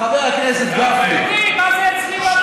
חבר הכנסת גפני, מה זה "אצלי בבית"?